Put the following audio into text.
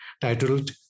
titled